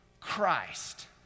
Christ